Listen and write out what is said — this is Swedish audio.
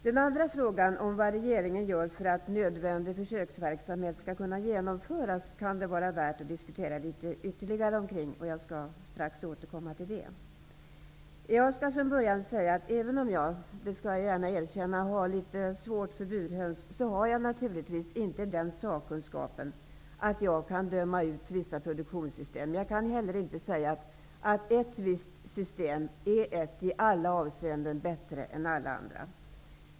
Den andra frågan, som handlar om vad regeringen gör för att nödvändig försöksverksamhet skall kunna genomföras, kan det vara värt att diskutera något ytterligare kring. Jag återkommer strax till det. Även om jag har litet svårt för burhöns -- det skall jag gärna erkänna -- har jag naturligtvis inte den sakkunskap som innebär att jag kan döma ut vissa produktionssystem. Jag kan inte heller säga att ett visst system är ett i alla avseenden bättre system än alla andra.